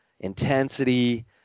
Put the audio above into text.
intensity